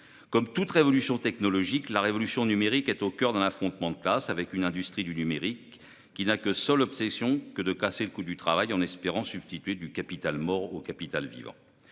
Comme toute révolution technologique, la révolution numérique est au coeur d'un affrontement de classes ; l'industrie du numérique a pour seule obsession de casser le coût du travail, en espérant substituer du capital mort au capital vivant.